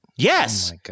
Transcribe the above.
Yes